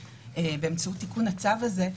באמצעות תיקון הצו הזה,